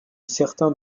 certains